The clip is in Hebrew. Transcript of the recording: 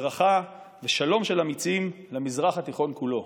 ברכה ושלום של אמיצים למזרח התיכון כולו.